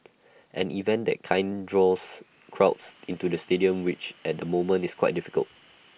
an event that kind draws crowds into the stadium which at the moment is quite difficult